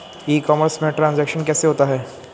ई commerce में transaction कैसे होता है?